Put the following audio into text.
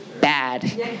bad